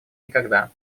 никогда